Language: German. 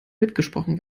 mitgesprochen